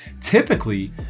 Typically